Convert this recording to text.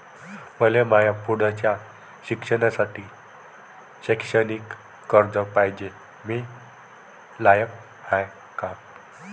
मले माया पुढच्या शिक्षणासाठी शैक्षणिक कर्ज पायजे, मी लायक हाय का?